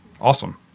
awesome